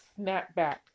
snapback